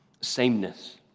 sameness